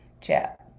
chat